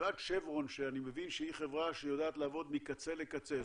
מלבד שברון שאני מבין שהיא חברה שיודעת לעבוד מקצה לקצה,